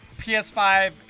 PS5